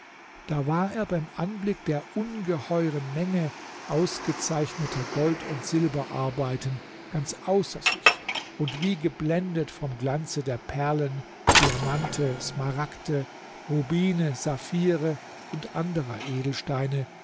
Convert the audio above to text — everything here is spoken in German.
da war er beim anblick der ungeheuren menge ausgezeichneter gold und silberarbeiten ganz außer sich und wie geblendet vorn glanze der perlen diamante smaragde rubine saphire und anderer edelsteine